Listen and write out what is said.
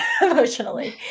emotionally